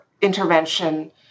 intervention